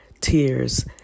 tears